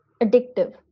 addictive